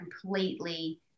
completely